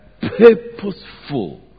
purposeful